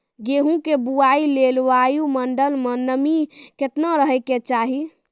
गेहूँ के बुआई लेल वायु मंडल मे नमी केतना रहे के चाहि?